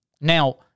Now